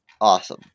Awesome